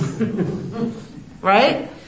Right